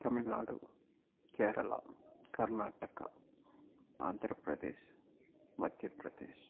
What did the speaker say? Tamil Nadu Kerala Karnataka Andhra Pradesh Madhya Pradesh